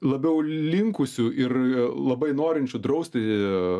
labiau linkusių ir labai norinčių drausti